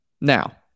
Now